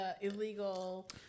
illegal